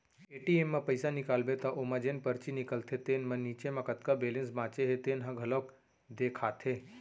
ATM म पइसा निकालबे त ओमा जेन परची निकलथे तेन म नीचे म कतका बेलेंस बाचे हे तेन ह घलोक देखाथे